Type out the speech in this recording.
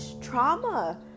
trauma